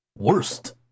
Worst